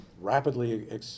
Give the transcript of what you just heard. rapidly